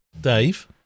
Dave